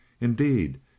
Indeed